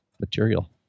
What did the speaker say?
material